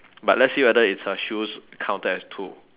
but let's see whether is her shoes counted as two